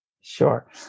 Sure